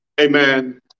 Amen